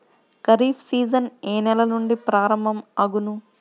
Kharif season ఏ నెల నుండి ప్రారంభం అగును?